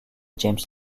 james